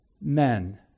men